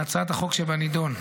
להצעת החוק שבנידון,